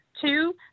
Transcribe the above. Two